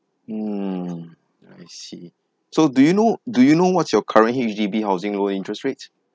mm I see so do you know do you know what's your current H_D_B housing loan interest rates